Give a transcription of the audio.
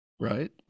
Right